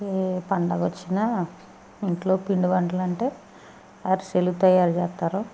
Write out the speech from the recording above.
ఏ పండగ వచ్చినా ఇంట్లో పిండి వంటలు అంటే అరిసెలు తయారు చేస్తారు